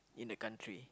in a country